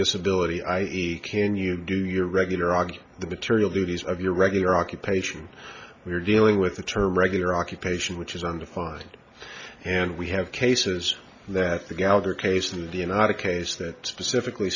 disability i e can you do your regular argue the material duties of your regular occupation we're dealing with the term regular occupation which is undefined and we have cases that the gallagher case in the in our case that specifically